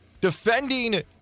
defending